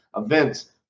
events